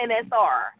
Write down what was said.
NSR